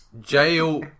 Jail